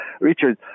Richard